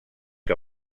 que